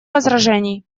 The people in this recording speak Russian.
возражений